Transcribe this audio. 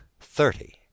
THIRTY